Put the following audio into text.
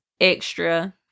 extra